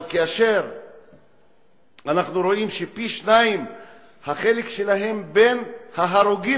אבל כאשר אנחנו רואים שהחלק שלהם בין ההרוגים